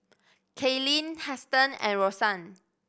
Kaelyn Huston and Rosann